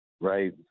Right